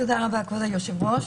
תודה, כבוד היושב-ראש,